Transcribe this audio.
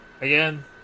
again